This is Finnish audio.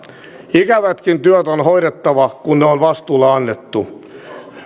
ikävätkin työt on hoidettava kun ne on vastuulle annettu